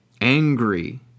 angry